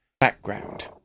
Background